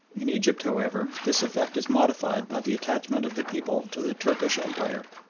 in egypt, however, this effect is modified by the attachment of the people to the turkish empire,